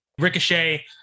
Ricochet